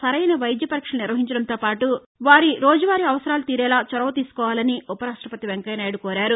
సరైన వైద్య పరీక్షలు నిర్వహించడంతోపాటు వారి రోజూవారి అవసరాలు తీరేలా చొరవతీసుకోవాని ఉపరాష్టపతి వెంకయ్యనాయుడు కోరారు